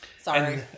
Sorry